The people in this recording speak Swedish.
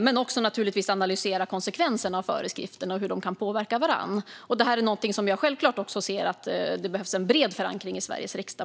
Men det handlar naturligtvis också om att analysera konsekvenserna av föreskrifterna och hur de kan påverka varandra. I diskussionerna om detta behövs självklart en bred förankring i Sveriges riksdag.